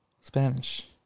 Spanish